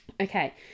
Okay